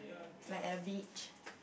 it's like at a beach